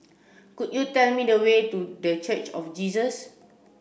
could you tell me the way to The Church of Jesus